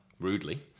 rudely